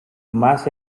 más